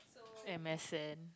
m_s_n